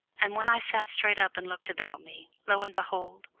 and when i sat straight up and looked about me, lo and behold,